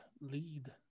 lead